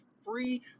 free